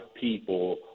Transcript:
people